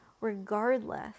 regardless